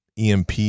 EMP